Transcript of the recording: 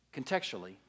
contextually